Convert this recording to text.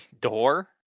Door